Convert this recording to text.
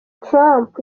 trump